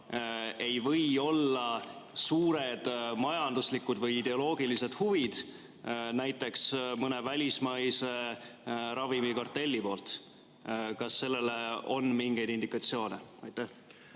ei või olla suured majanduslikud või ideoloogilised huvid, näiteks mõne välismaise ravimikartelli omad. Kas sellele on mingeid indikatsioone?